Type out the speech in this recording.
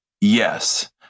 yes